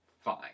fine